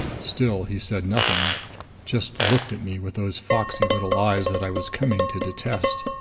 still he said nothing just looked at me with those foxy little eyes that i was coming to detest.